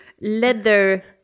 leather